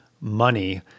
money